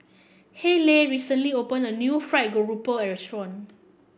Hayleigh recently opened a new fried grouper restaurant